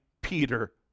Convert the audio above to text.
Peter